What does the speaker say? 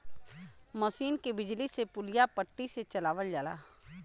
मसीन के बिजली से पुलिया पट्टा से चलावल जाला